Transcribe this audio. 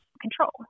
control